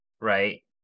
right